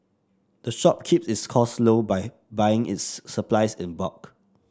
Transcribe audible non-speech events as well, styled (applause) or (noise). the shop keeps its costs low by buying its (unintelligible) supplies in bulk